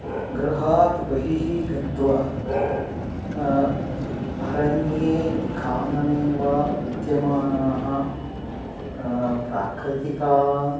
गृहात् बहिः गत्वा अरण्ये कानने वा विद्यमानाः प्राकृतिकान्